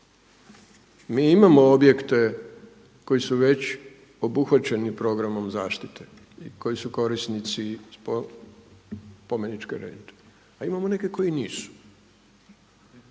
mi imamo objekte koji su već obuhvaćeni programom zaštite i koji su korisnici spomeničke rente, a imamo neke koji nisu.